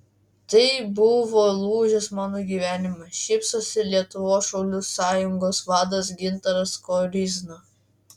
tai buvo lūžis mano gyvenime šypsosi lietuvos šaulių sąjungos vadas gintaras koryzna